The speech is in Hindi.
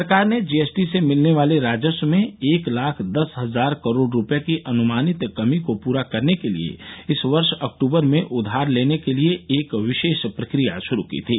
सरकार ने जीएसटी से मिलने वाले राजस्व में एक लाख दस हजार करोड़ रुपये की अनुमानित कमी को पूरा करने के लिए इस वर्ष अक्तूबर में उधार लेने के लिए एक विशेष प्रक्रिया शुरू की थी